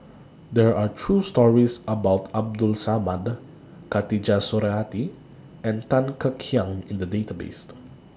There Are stories about Abdul Samad Khatijah Surattee and Tan Kek Hiang in The Database